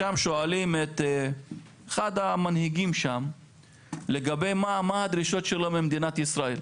שם שואלים את אחד המנהגים שם על מה הדרישות שלו ממדינת ישראל,